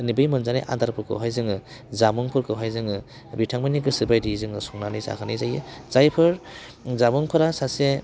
माने बै मोनजानाय आदारफोरखौहाय जोङो जामुंफोरखौहाय जोङो बिथांमोननि गोसो बायदियै जोङो संनानै जाहोनाय जायो जायफोर जामुंफोरा सासे